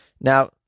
Now